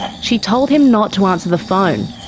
she told him not to answer the phone.